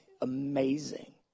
amazing